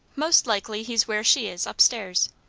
most likely he's where she is up-stairs.